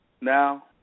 Now